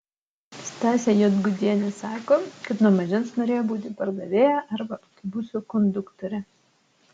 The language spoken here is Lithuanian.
stasė juodgudienė sako kad nuo mažens norėjo būti pardavėja arba autobuso konduktore